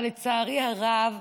לצערי הרב,